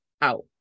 out